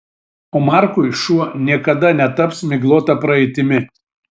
o markui šuo niekada netaps miglota praeitimi